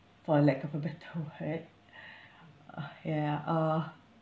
for lack of a better word uh ya uh